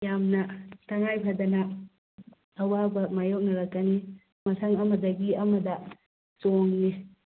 ꯌꯥꯝꯅ ꯇꯉꯥꯏꯐꯗꯅ ꯑꯋꯥꯕ ꯃꯌꯣꯛꯅꯔꯛꯀꯅꯤ ꯃꯊꯪ ꯑꯃꯗꯒꯤ ꯑꯃꯗ ꯆꯣꯡꯉꯤ